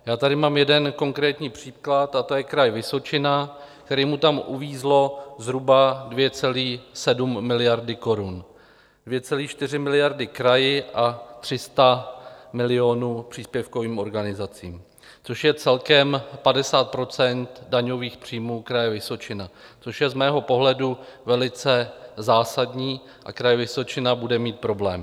Já tady mám jeden konkrétní příklad a to je kraj Vysočina, kterému tam uvízlo zhruba 2,7 miliard korun 2,4 miliardy kraji a 300 milionů příspěvkovým organizacím, což je celkem 50 % daňových příjmů kraje Vysočina, což je z mého pohledu velice zásadní a kraj Vysočina bude mít problém.